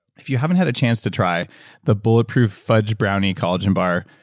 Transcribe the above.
if you haven't had a chance to try the bulletproof fudge brownie collagen bar,